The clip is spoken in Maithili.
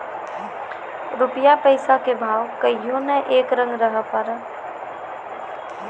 रूपया पैसा के भाव कहियो नै एक रंग रहै पारै